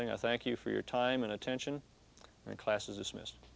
thing i thank you for your time and attention in class is dismissed